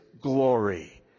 glory